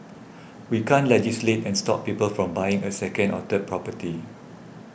we can't legislate and stop people from buying a second or third property